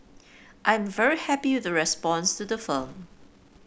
I am very happy with the response to the film